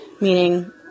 meaning